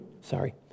Sorry